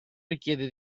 richiede